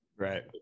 right